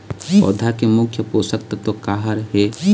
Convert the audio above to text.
पौधा के मुख्य पोषकतत्व का हर हे?